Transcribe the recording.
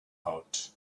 out